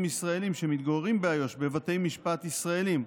ישראלים שמתגוררים באיו"ש בבתי משפט ישראליים,